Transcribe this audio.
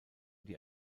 die